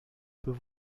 peut